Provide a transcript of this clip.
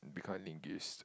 become a linguist